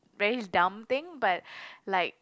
very dum thing but like